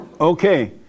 Okay